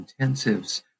intensives